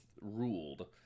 ruled